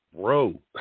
bro